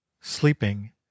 Sleeping